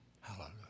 Hallelujah